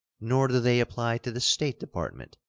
nor do they apply to the state department,